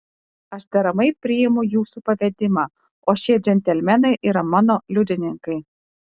aš deramai priimu jūsų pavedimą o šie džentelmenai yra mano liudininkai